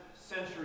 century